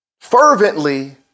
fervently